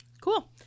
Cool